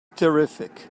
terrific